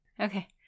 Okay